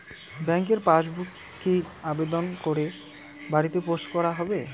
ব্যাংকের পাসবুক কি আবেদন করে বাড়িতে পোস্ট করা হবে?